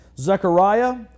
Zechariah